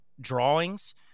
Drawings